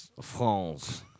France